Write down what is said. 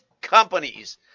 companies